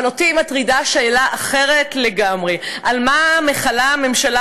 אבל אותי מטרידה שאלה אחרת לגמרי: על מה מכלה הממשלה